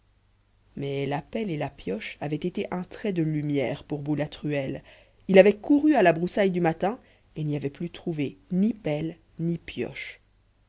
mais la pelle et la pioche avaient été un trait de lumière pour boulatruelle il avait couru à la broussaille du matin et n'y avait plus trouvé ni pelle ni pioche